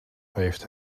heeft